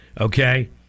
okay